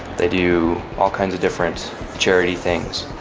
they do all kinds of different charity things.